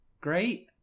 great